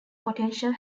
potential